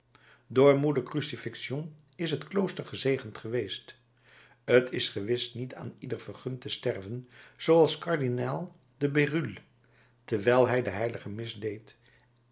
door moeder crucifixion is het klooster gezegend geweest t is gewis niet aan ieder vergund te sterven zooals kardinaal de berulle terwijl hij de h mis deed